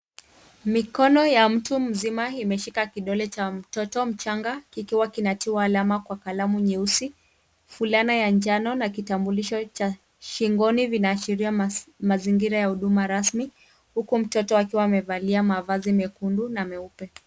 Mikono ya mtu mzima imeshika kidole cha mtoto mchanga kikiwa kinatiwa alama kwa kalamu nyeusi. Fulana ya njano na kitambulisho cha shingoni vinaashiria mazingira ya huduma rasmi, huku mtoto akiwa amevalia mavazi mekundu na meupe.